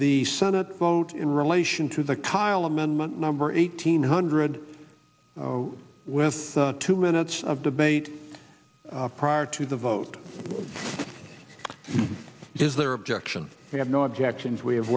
the senate vote in relation to the kyl amendment number eighteen hundred with two minutes of debate prior to the vote is their objection we have no objections we have